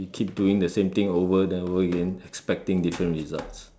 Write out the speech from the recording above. you keep doing the same thing over and over again expecting different results